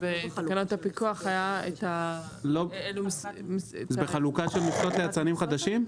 בתקנות הפיקוח היה --- בחלוקה של מכסות ליצרנים חדשים?